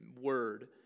word